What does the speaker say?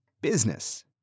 business